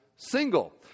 single